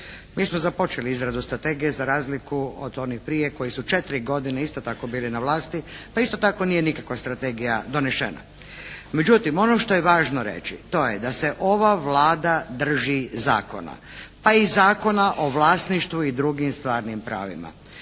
Mi smo započeli izradu strategiju za razliku od onih prije koji su 4 godine isto tako bili na vlasti, pa isto tako nije nikakva strategija donešena. Međutim, ono što je važno reći to je da se ova Vlada drži zakona, pa i Zakona o vlasništvu i drugim stvarnim pravima.